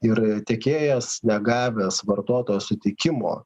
ir tiekėjas negavęs vartotojo sutikimo